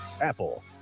apple